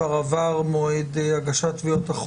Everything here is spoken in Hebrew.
הוחלט על מועד לדיון לאחר שנשלחה ההודעה,